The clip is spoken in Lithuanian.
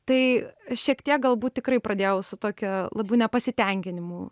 tai šiek tiek galbūt tikrai pradėjau su tokia labiau nepasitenkinimu